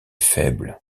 faible